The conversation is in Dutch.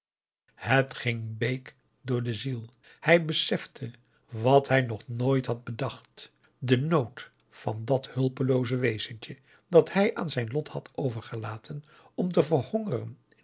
het ging bake door de ziel hij besefte wat hij nog nooit had beaugusta de wit orpheus in de dessa dacht den nood van dat hulpelooze wezentje dat hij aan zijn lot had overgelaten om te verhongeren